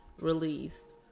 released